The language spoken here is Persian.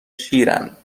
شیرند